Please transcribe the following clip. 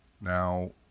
Now